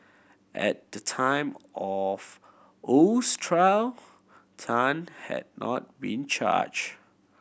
at the time of Oh's trial Tan had not been charged